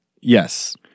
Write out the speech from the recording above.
Yes